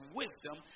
wisdom